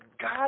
God